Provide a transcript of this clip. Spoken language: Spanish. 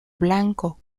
blanco